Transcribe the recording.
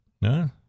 No